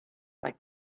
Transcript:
like